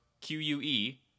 Q-U-E